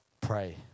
pray